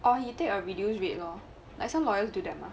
or he take a reduce rate lor theres some lawyer do that mah